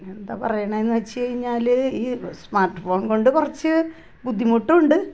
എന്താ പറയുന്നത് എന്ന് വച്ച് കഴിഞ്ഞാല് ഈ സ്മാർട്ട്ഫോൺ കൊണ്ട് കുറച്ച് ബുദ്ധിമുട്ടും ഉണ്ട്